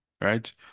Right